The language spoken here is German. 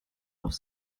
auf